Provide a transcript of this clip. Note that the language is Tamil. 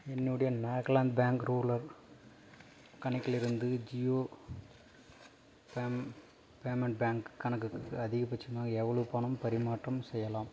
என்னுடைய நாகலாந் பேங்க் ரூரல் கணக்கிலிருந்து ஜியோ பேம் பேமெண்ட் பேங்க் கணக்குக்கு அதிகபட்சமாக எவ்வளவு பணப் பரிமாற்றம் செய்யலாம்